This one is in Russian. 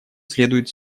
следует